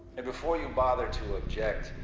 and before you bother to object,